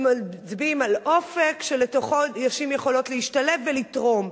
שמצביעים על אופק שלתוכו נשים יכולות להשתלב ולתרום.